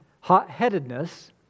hot-headedness